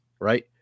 right